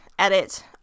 edit